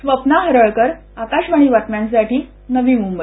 स्वप्ना हरळकर आकाशवाणी बातम्यांसाठी नवी मुंबई